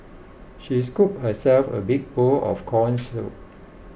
she scooped herself a big bowl of Corn Soup